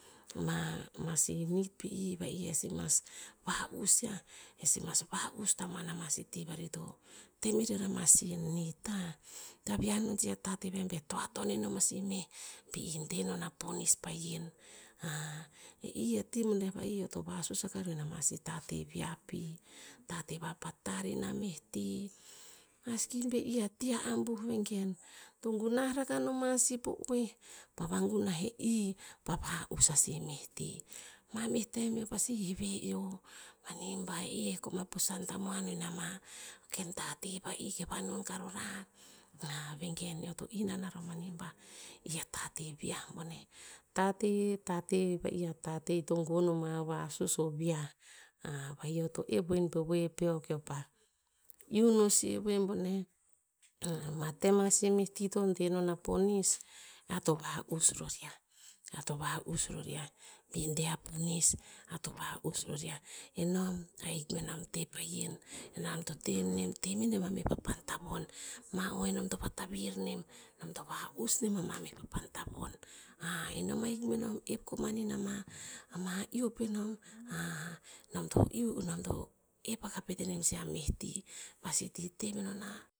Ma- ma sih nid pi i va'i, eh sih mas va'us ya, eh sih mas va'us tamuan ama sih ti vari to teh meror ama sih nid. ta viah non sih a tateh veh be toa ton enon a sih meh i deh non ama ponis pahien. i a ti boneh va'i eo to vasus akah ro ama sih tateh vi'ah pi. Tateh vapa tarr ina meh ti. Maski be i ati a ambuh, vengen to gunah rakah noma sih po oeh, pa va gunah eh i pa va'us a sih meh ti. Ma meh tem eo pasi heve eyo, mani ba, "eh koma pusan tamuan in ama ken tateh va'i ke vanun karo rar?" vengen eo to inan aro mani ba, i a tateh viah boneh. Tateh- tateh va'i, tateh i to gon o ma, o vasus o vi'ah. va'i eo to oep in pe we peo keo pa iuh no sih eh we peo boneh. ma tem a sih meh ti to deh non a ponis, ear to va'us ror yia, ear to va'us ror yia, bi deh a ponis ear to va'us ror yia. Enom ahik benom teh pahien, enom to teh nem- teh nem me na meh papan tavon. Mah o enom to vatavir nem, nem to va'us nen ama meh papan tavon. enom ahik ep koman i ama- ama iuh penom. nom to iuh, nom to oep akah pet anem sih a meh ti. Ba sih ti temenon a